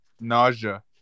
nausea